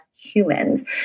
humans